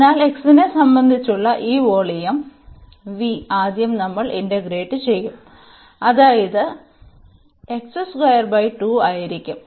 അതിനാൽ x നെ സംബന്ധിച്ചുള്ള ഈ വോളിയം ആദ്യം നമ്മൾ ഇന്റഗ്രേറ്റ് ചെയ്യും അതായത് ഇത് ആയിരിക്കും